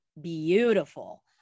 beautiful